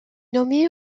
nommé